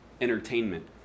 entertainment